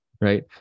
right